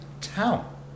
town